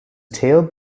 tailed